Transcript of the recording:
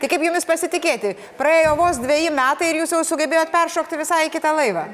tai kaip jumis pasitikėti praėjo vos dveji metai ir jūs jau sugebėjot peršokti į visai kitą laivą